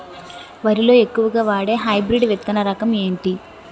వరి లో ఎక్కువుగా వాడే హైబ్రిడ్ విత్తన రకం ఏంటి?